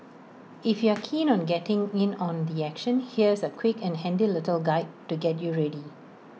if you're keen on getting in on the action here's A quick and handy little guide to get you ready